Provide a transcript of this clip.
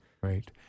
Right